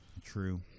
true